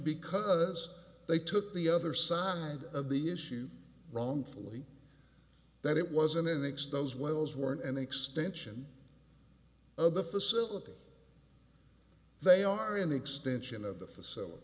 because they took the other side of the issue wrongfully that it was an expose wells were an extension of the facility they are in the extension of the facility